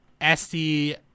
SD